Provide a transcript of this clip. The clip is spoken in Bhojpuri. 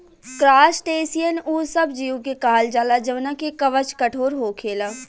क्रासटेशियन उ सब जीव के कहल जाला जवना के कवच कठोर होखेला